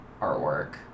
artwork